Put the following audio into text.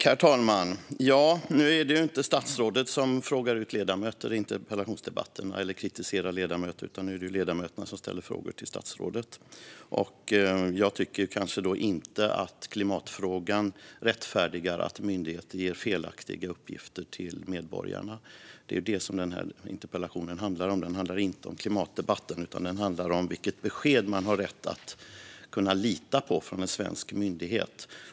Herr talman! Nu är det ju inte statsrådet som frågar ut eller kritiserar ledamöter i interpellationsdebatterna, utan det är ledamöterna som ställer frågor till statsrådet. Jag tycker inte att klimatfrågan rättfärdigar att myndigheter ger felaktiga uppgifter till medborgarna. Det är det som den här interpellationen handlar om. Den handlar inte om klimatdebatten, utan den handlar om vilket besked från en svensk myndighet man har rätt att kunna lita på.